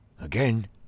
Again